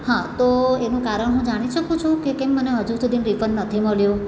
હા તો એનું કારણ હું જાણી શકું છું કે કેમ મને હજુ સુધી રિફંડ નથી મળ્યું